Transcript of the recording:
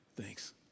Thanks